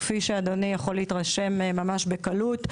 כפי שאדוני יכול להתרשם ממש בקלות,